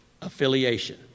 affiliation